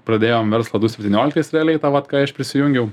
pradėjom verslą du septynioliktais realiai tą vat kai aš prisijungiau